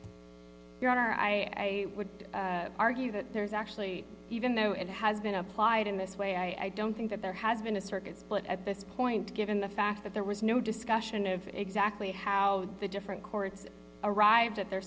on your honor i would argue that there is actually even though it has been applied in this way i don't think that there has been a circuit split at this point given the fact that there was no discussion of exactly how the different courts arrived at their